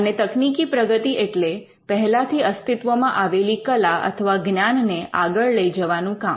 અને તકનિકી પ્રગતિ એટલે પહેલાથી અસ્તિત્વમાં આવેલી કલા અથવા જ્ઞાનને આગળ લઈ જવાનું કામ